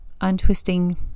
untwisting